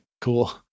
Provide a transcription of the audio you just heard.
cool